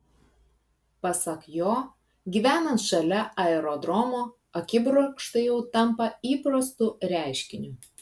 pasak jo gyvenant šalia aerodromo akibrokštai jau tampa įprastu reiškiniu